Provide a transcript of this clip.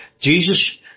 Jesus